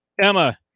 Emma